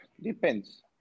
Depends